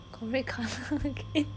got red colour again